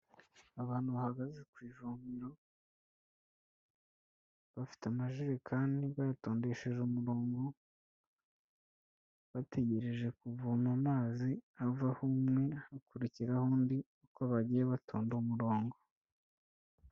Abantu bahagaze ku ivomero bafite amajekani bayatondesheje umurongo, bategereje kuvoma amazi havaho umwe hakurikiraho undi uko bagiye batonda umurongo.